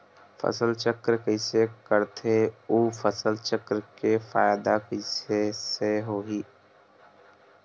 फसल चक्र कइसे करथे उ फसल चक्र के फ़ायदा कइसे से होही?